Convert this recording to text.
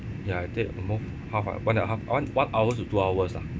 ya that more half uh one a half one one hour to two hours lah